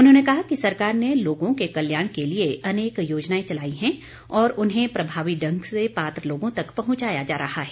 उन्होंने कहा कि सरकार ने लोगों के कल्याण के लिए अनेक योजनाएं चलाई हैं और उन्हें प्रभावी ढंग से पात्र लोगों तक पहुंचाया जा रहा है